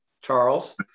Charles